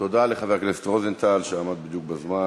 תודה לחבר הכנסת רוזנטל, שעמד בדיוק בזמן.